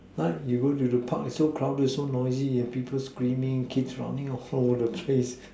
why you go to the Park it's so crowded it's so noisy people screaming kids running all over the place